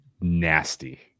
nasty